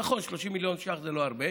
נכון, 30 מיליון ש"ח זה לא הרבה,